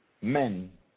men